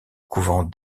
couvent